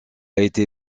été